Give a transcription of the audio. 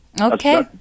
Okay